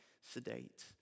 sedate